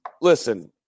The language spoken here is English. listen